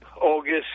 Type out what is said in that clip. August